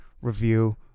review